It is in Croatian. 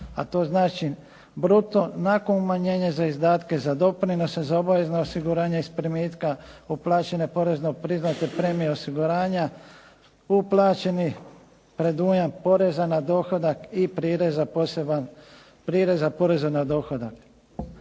a to znači bruto nakon umanjenja izdataka za doprinose, za obavezna osiguranja iz primitka, uplaćene porezno priznate premije osiguranja, uplaćeni predujam poreza na dohodak i prireza poreza na dohodak.